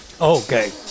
Okay